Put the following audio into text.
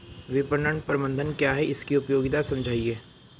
विपणन प्रबंधन क्या है इसकी उपयोगिता समझाइए?